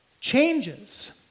changes